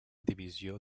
divisió